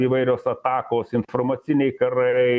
įvairios atakos informaciniai karai